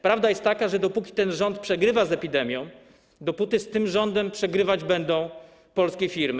Prawda jest taka, że dopóki ten rząd przegrywa z epidemią, dopóty z tym rządem przegrywać będą polskie firmy.